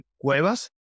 Cuevas